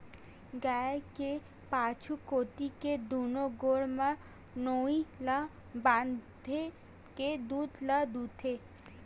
गाय के पाछू कोती के दूनो गोड़ म नोई ल बांधे के दूद ल दूहूथे